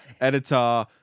editor